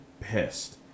pissed